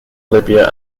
libya